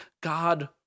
God